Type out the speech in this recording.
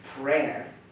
prayer